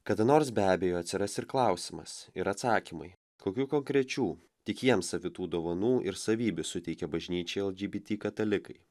kada nors be abejo atsiras ir klausimas ir atsakymai kokių konkrečių tik jiems savitų dovanų ir savybių suteikia bažnyčiai lgbt katalikai